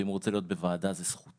ואם הוא רוצה להיות בוועדה זו זכותו,